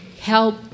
help